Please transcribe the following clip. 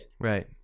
Right